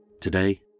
Today